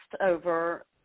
over